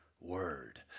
Word